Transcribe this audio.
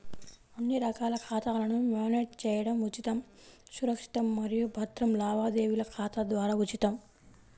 అన్ని రకాల ఖాతాలను మ్యానేజ్ చేయడం ఉచితం, సురక్షితం మరియు భద్రం లావాదేవీల ఖాతా ద్వారా ఉచితం